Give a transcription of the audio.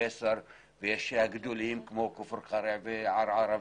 אתם בהחלט מספקים הרבה עבודה לוועדה